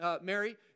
Mary